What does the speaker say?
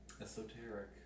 Esoteric